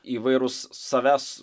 įvairūs savęs